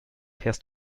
fährst